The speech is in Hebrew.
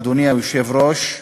אדוני היושב-ראש,